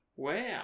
Wow